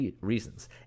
reasons